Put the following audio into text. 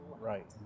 Right